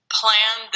plan